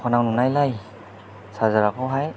दखानाव नुनायलाय चार्जार खौहाय